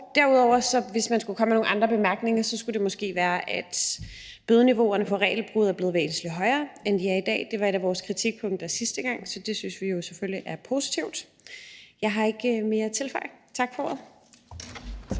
derudover skulle komme med nogle andre bemærkninger, skulle det måske være, at bødeniveauet for regelbrud er blevet væsentlig højere, end det er i dag – det var et af vores kritikpunkter sidste gang – så det synes vi jo selvfølgelig er positivt. Jeg har ikke mere at tilføje. Tak for